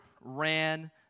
ran